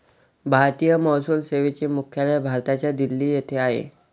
भारतीय महसूल सेवेचे मुख्यालय भारताच्या दिल्ली येथे आहे